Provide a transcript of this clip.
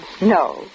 no